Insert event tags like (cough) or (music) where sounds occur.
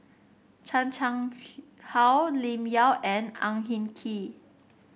Chan Chang (unintelligible) How Lim Yau and Ang Hin Kee